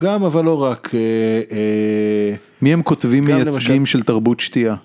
גם אבל לא רק, אה.. אה.. מי הם כותבים מייצגים של תרבות שתייה?